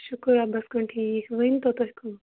شُکُر رۄبَس کُن ٹھیٖک ؤنۍتَو تُہۍ کٕم